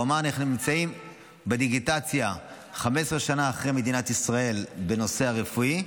הוא אמר: אנחנו נמצאים בדיגיטציה 15 שנה אחרי מדינת ישראל בנושא הרפואי,